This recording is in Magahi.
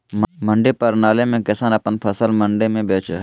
मंडी प्रणाली में किसान अपन फसल मंडी में बेचो हय